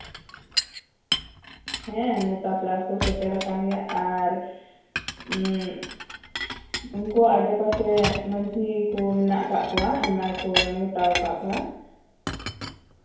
ᱦᱮᱸ ᱱᱮᱣᱛᱟ ᱯᱮᱲᱟ ᱠᱚ ᱥᱮᱴᱮᱨᱟᱠᱟᱱ ᱜᱮᱭᱟ ᱟᱨ ᱩᱸᱜ ᱩᱱᱠᱩ ᱟᱰᱮ ᱯᱟᱥᱮ ᱢᱟᱹᱱᱡᱷᱤ ᱠᱩ ᱢᱮᱱᱟᱜ ᱟᱠᱟᱜ ᱠᱚᱣᱟ ᱟᱭᱢᱟ ᱠᱩ ᱱᱮᱣᱛᱟᱣᱟᱠᱟᱫ ᱠᱚᱣᱟ